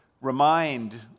remind